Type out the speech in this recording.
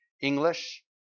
English